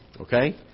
Okay